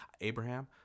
Abraham